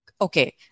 Okay